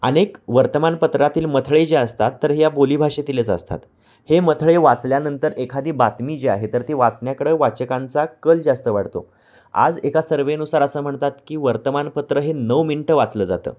अनेक वर्तमानपत्रातील मथळे जे असतात तर या बोली भाषेतीलच असतात हे मथळे वाचल्यानंतर एखादी बातमी जी आहे तर ती वाचण्याकडें वाचकांचा कल जास्त वाढतो आज एका सर्वेनुसार असं म्हणतात की वर्तमानपत्र हे नऊ मिनटं वाचलं जातं